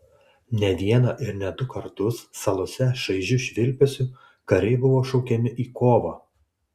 ne vieną ir ne du kartus salose šaižiu švilpesiu kariai buvo šaukiami į kovą